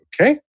Okay